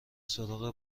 سراغ